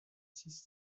six